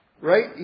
right